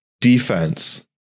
defense